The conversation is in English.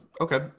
Okay